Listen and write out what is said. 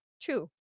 True